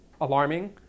alarming